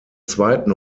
zweiten